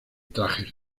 trajes